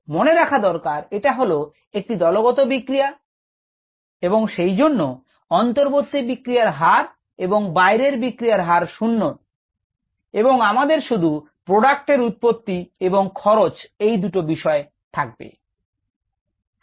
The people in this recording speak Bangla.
মনে রাখা দরকার এটা হল একটি দলগত বিক্রিয়া এবং সেইজন্য অন্তর্বর্তী বিক্রিয়ার হার এবং বাইরের বিক্রিয়ার হার শূন্য এবং আমাদের শুধুপ্রোডাক্ট এর উৎপত্তি এবং খরচ এই দুটো বিষয় দেখা হবে